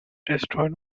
destroyed